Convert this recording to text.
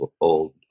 old